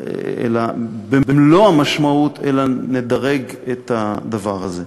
במלוא המשמעות אלא נדרג את הדבר הזה.